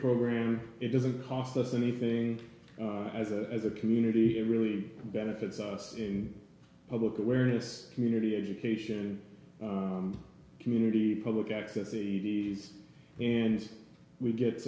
program it doesn't cost us anything as a as a community it really benefits us in public awareness community education community public access evey's and we get